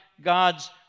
God's